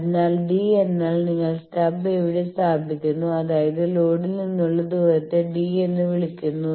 അതിനാൽ d എന്നാൽ നിങ്ങൾ സ്റ്റബ് എവിടെ സ്ഥാപിക്കുന്നു അതായത് ലോഡിൽ നിന്നുള്ള ദൂരത്തെ d എന്ന് വിളിക്കുന്നു